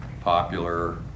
popular